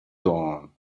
dawn